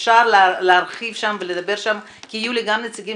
אפשר להרחיב שם ולדבר שם כי יהיו לי גם נציגים